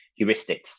heuristics